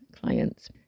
Clients